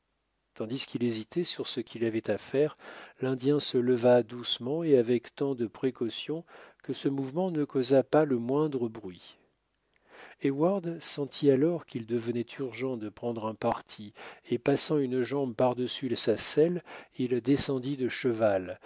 tandis qu'il hésitait sur ce qu'il avait à faire l'indien se leva doucement et avec tant de précaution que ce mouvement ne causa pas le moindre bruit heyward sentit alors qu'il devenait urgent de prendre un parti et passant une jambe par-dessus sa selle il descendit de cheval